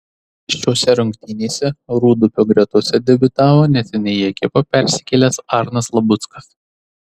šiose rungtynėse rūdupio gretose debiutavo neseniai į ekipą persikėlęs arnas labuckas